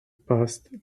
passed